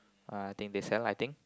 uh I think they sell I think